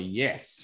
yes